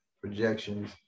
projections